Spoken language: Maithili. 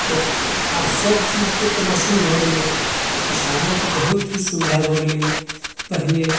तऽ आब सबचीजके तऽ मशीन भऽ गेलैए तऽ किसानोके बहुत ही सुविधा भऽ गेलैए पहिने